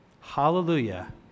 Hallelujah